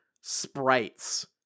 sprites